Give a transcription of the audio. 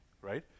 right